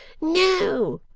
no!